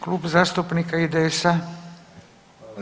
Klub zastupnika IDS-a.